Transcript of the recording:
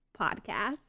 Podcast